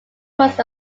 was